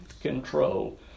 control